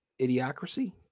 idiocracy